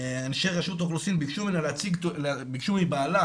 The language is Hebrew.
אנשי רשות האוכלוסין ביקשו מבעלה,